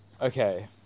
Okay